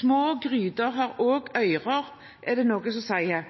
Små gryter har også ører, er det noe som heter,